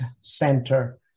center